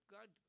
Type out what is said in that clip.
God